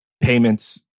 payments